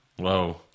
Whoa